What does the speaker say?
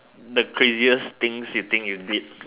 the craziest things you think you did